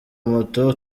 moto